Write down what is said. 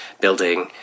building